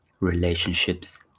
relationships